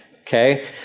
okay